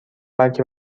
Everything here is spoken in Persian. بلکه